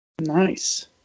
Nice